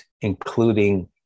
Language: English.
including